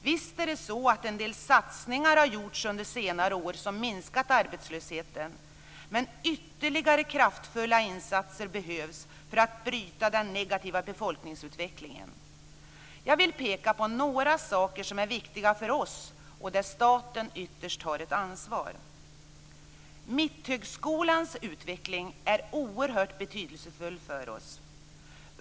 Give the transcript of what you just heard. Visst är det så att en del satsningar har gjorts under senare år som minskat arbetslösheten men ytterligare kraftfulla insatser behövs för att bryta den negativa befolkningsutvecklingen. Jag vill peka på några saker som är viktiga för oss och där staten ytterst har ett ansvar. Mitthögskolans utveckling är oerhört betydelsefull för oss.